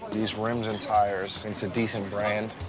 these rims and tires, it's a decent brand.